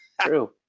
true